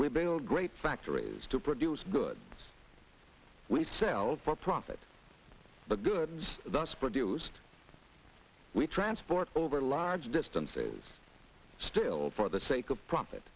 we bailed great factories to produce good we sell for profit the goods produced we transport over large distances still for the sake of profit